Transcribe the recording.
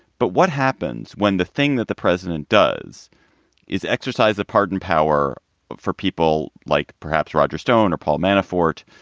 but what happens when the thing that the president does is exercise the pardon power for people like perhaps roger stone or paul manafort,